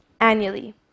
annually